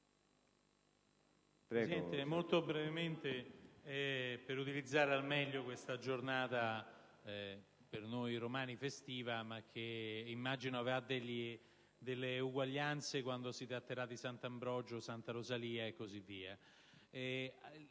Presidente, utilizzerò al meglio questa giornata, per noi romani, festiva, che immagino avrà delle analogie quando si tratterà di Sant'Ambrogio, Santa Rosalia e così via.